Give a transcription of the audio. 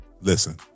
Listen